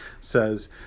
says